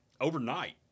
overnight